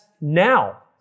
now